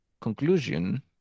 conclusion